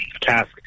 task